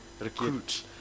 recruit